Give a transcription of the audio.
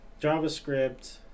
javascript